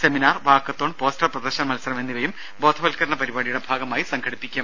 seminar walkathon poster പ്രദർശന മത്സരം എന്നിവയും ബോധവൽക്കരണ പരിപാടിയുടെ ഭാഗമായി നടക്കും